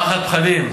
פחד פחדים.